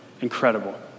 incredible